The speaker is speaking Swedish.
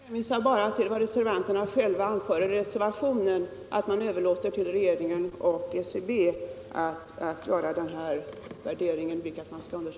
Herr talman! Jag hänvisar bara till vad reservanterna själva anför i reservationen, nämligen att man överlåter till regeringen och SCB att göra omdisponering av medel. den det ej vill röstar nej.